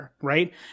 right